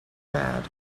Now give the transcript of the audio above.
bad